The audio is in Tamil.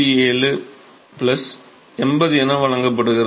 7 80 என வழங்கப்படுகிறது